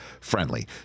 friendly